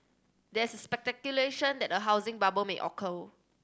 there is speculation that a housing bubble may occur